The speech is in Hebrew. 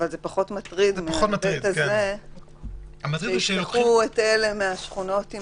אבל זה פחות מטריד מזה שייקחו את אלה מהשכונות עם